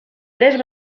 tres